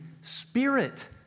spirit